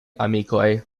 amikoj